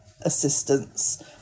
assistance